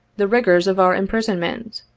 the rigors of our imprisonment.